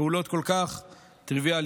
פעולות כל כך טריוויאליות.